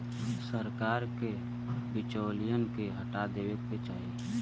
सरकार के बिचौलियन के हटा देवे क चाही